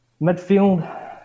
midfield